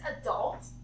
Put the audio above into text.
adult